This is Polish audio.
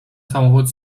samochód